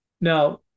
Now